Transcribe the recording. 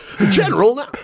General